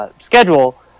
schedule